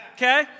Okay